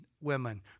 Women